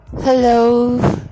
Hello